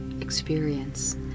experience